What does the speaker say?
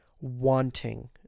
wanting